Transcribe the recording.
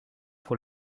pour